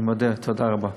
אני מודה, תודה רבה.